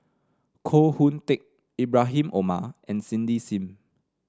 Koh Hoon Teck Ibrahim Omar and Cindy Sim